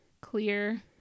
clear